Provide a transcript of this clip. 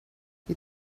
you